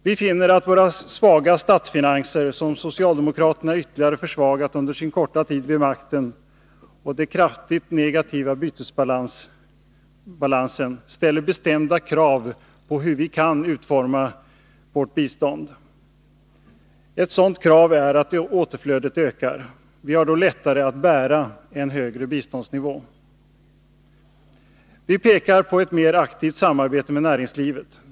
Vi finner att våra svaga statsfinanser, som socialdemokraterna ytterligare försvagat under sin korta tid vid makten, och vår kraftigt negativa bytesbalans ställer bestämda krav på hur vi kan utforma vårt bistånd. Ett sådant krav är att återflödet ökar. Vi har då lättare att bära en högre biståndsnivå. Vi pekar på ett mer aktivt samarbete med näringslivet.